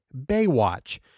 Baywatch